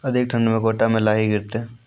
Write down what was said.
अधिक ठंड मे गोटा मे लाही गिरते?